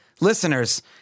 listeners